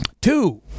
Two